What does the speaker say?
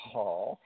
Hall